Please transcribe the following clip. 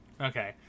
Okay